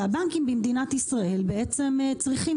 והבנקים במדינת ישראל בעצם צריכים,